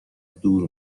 دور